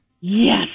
Yes